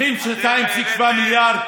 פתרנו.